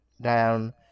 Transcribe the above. down